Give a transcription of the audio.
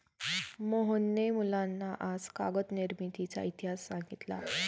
मोहनने मुलांना आज कागद निर्मितीचा इतिहास सांगितला